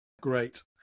great